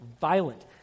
violent